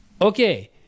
okay